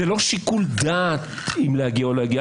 זה לא שיקול דעת אם להגיע או לא להגיע.